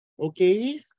Okay